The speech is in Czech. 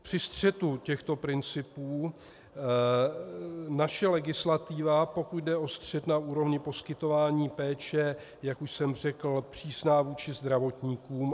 Při střetu těchto principů je naše legislativa, pokud jde o střet na úrovni poskytování péče, jak už jsem řekl, přísná vůči zdravotníkům.